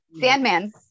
sandman